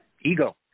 Ego